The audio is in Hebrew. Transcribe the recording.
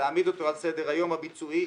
להעמיד אותו על סדר היום הביצועי,